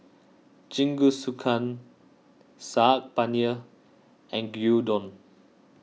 Jingisukan Saag Paneer and Gyudon